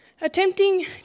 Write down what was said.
Attempting